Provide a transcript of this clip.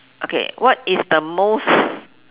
okay what is the most